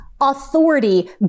authority